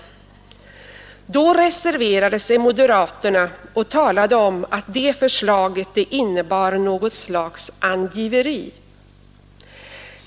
Då reserverade sig moderaterna och talade om att förslaget innebar något slags angiveri.